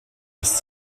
his